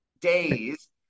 days